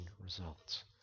results